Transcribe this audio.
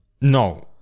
No